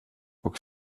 och